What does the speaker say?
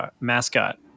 mascot